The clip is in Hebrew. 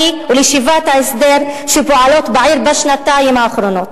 ולישיבת ההסדר שפועלים בעיר בשנתיים האחרונות.